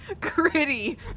Gritty